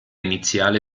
iniziale